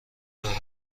دارند